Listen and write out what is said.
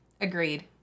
Agreed